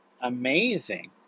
amazing